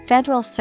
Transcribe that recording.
Federal